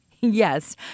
Yes